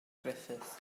gruffudd